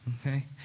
Okay